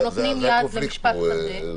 -- אנחנו נותנים יד למשפט שדה.